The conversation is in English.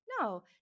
no